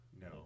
No